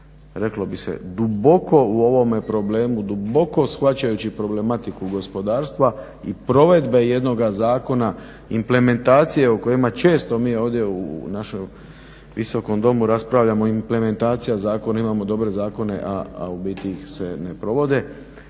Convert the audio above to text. reklo bi se duboko u ovome problemu, duboko shvaćajući problematiku gospodarstva i provedbu jednoga zakona, implementacije u kojima često mi ovdje u našem visokom domu raspravljamo. Implementacija zakona, imamo dobre zakone a u biti se ne provode.